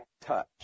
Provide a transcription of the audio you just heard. touch